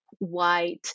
white